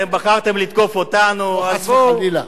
אתם בחרתם לתקוף אותנו, לא, חס וחלילה.